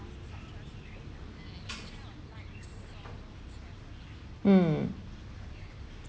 mm